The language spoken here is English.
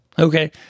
okay